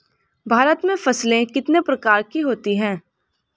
भारत में फसलें कितने प्रकार की होती हैं?